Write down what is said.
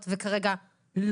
לא